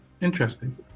Interesting